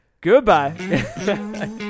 Goodbye